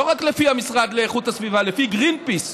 לא רק לפי המשרד לאיכות הסביבה, לפי גרינפיס.